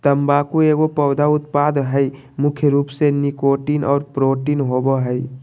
तम्बाकू एगो पौधा उत्पाद हइ मुख्य रूप से निकोटीन और प्रोटीन होबो हइ